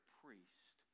priest